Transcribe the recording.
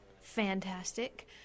fantastic